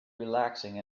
relaxing